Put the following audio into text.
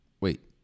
wait